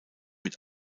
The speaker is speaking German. mit